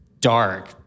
dark